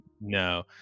No